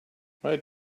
might